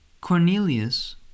Cornelius